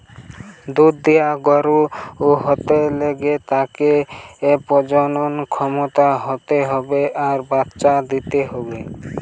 দুধ দিয়া গরু হতে গ্যালে তাকে প্রজনন ক্ষম হতে হবে আর বাচ্চা দিতে হবে